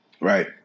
right